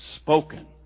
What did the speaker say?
spoken